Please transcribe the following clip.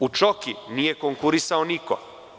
U Čoki nije konkurisao niko.